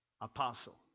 Apostle